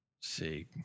see